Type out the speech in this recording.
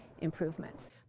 improvements